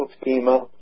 schema